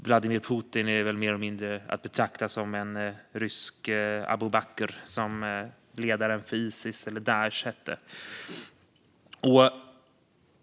Vladimir Putin är mer eller mindre att betrakta som en rysk Abu Bakr, som ledaren för IS eller Daish hette.